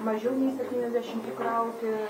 mažiau nei septyniasdešim įkrauti